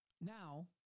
Now